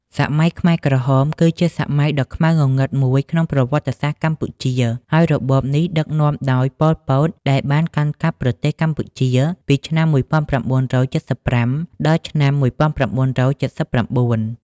សម័យខ្មែរក្រហម គឺជាសម័យដ៏ខ្មៅងងឹតមួយក្នុងប្រវត្តិសាស្ត្រកម្ពុជា ហើយរបបនេះដឹកនាំដោយប៉ុលពតដែលបានកាន់កាប់ប្រទេសកម្ពុជាពីឆ្នាំ១៩៧៥ ដល់ឆ្នាំ១៩៧៩។